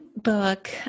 book